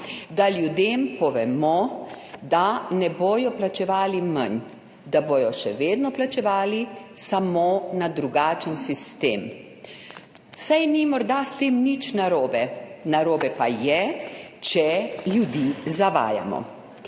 da ljudem povemo, da ne bodo plačevali manj. Da bodo še vedno plačevali, samo na drugačen sistem. Saj ni morda s tem nič narobe, narobe pa je, če ljudi zavajamo.